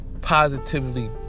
positively